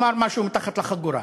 אמר משהו מתחת לחגורה.